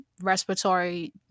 respiratory